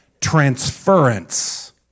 transference